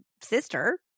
sister